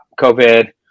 COVID